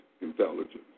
intelligence